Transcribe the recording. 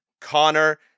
Connor